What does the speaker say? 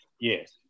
yes